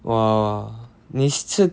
!wah! 你是